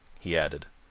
he added.